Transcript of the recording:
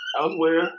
elsewhere